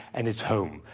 and it's home.